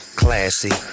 classy